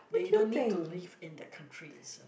ya you don't need to live in that countries